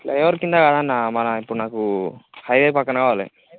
flyover కింద కాదన్న మన ఇప్పుడు నాకు హైవే పక్కన కావాలి